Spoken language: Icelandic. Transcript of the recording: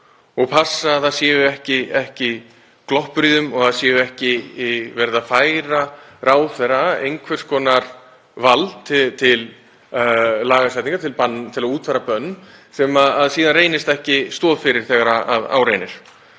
og passa að það séu ekki gloppur í þeim og það sé ekki verið að færa ráðherra einhvers konar vald til lagasetningar til að útfæra bönn sem síðan reynist ekki stoð fyrir þegar á reynir.